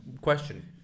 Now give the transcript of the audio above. Question